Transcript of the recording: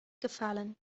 gefallen